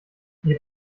ihr